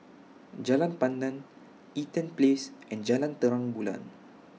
Jalan Pandan Eaton Place and Jalan Terang Bulan